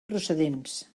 procedents